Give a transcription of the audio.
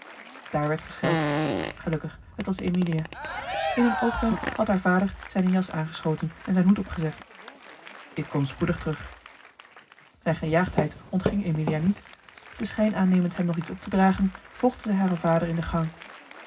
daar werd gescheld gelukkig het was emilia in een oogwenk had haar vader zijne jas aangeschoten en zijn hoed opgezet ik kom spoedig terug zijne gejaagdheid ontging emilia niet den schijn aannemend hem nog iets op te dragen volgde zij haren vader in de gang